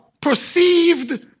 perceived